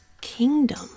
kingdom